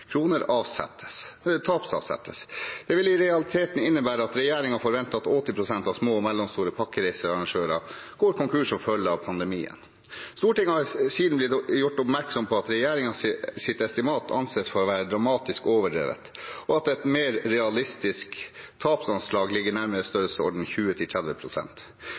tapsavsettes. Det vil i realiteten innebære at regjeringen forventer at 80 pst. av små og mellomstore pakkereisearrangører går konkurs som følge av pandemien. Stortinget er siden blitt gjort oppmerksom på at regjeringens estimat anses for å være dramatisk overdrevet, og at et mer realistisk tapsanslag ligger nærmere